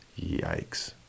Yikes